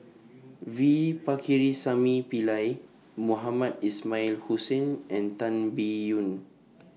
V Pakirisamy Pillai Mohamed Ismail Hussain and Tan Biyun